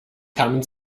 kamen